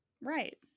Right